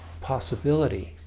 possibility